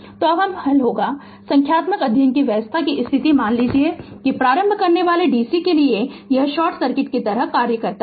तो कब हल होगा संख्यात्मक अध्ययन कि अवस्था की स्थिति मान लीजिये कि प्रारंभ करनेवाला dc के लिए यह शॉर्ट सर्किट की तरह कार्य करता है